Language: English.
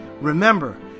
remember